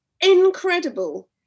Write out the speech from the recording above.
incredible